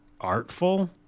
artful